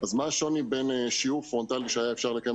אז מה השוני בין שיעור פרונטלי שהיה אפשר לקיים